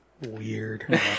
Weird